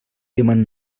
diamant